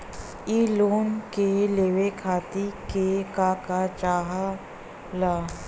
इ लोन के लेवे खातीर के का का चाहा ला?